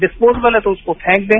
disposable है तो उसको फेंक दें